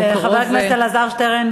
חבר הכנסת אלעזר שטרן,